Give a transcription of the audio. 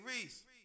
Reese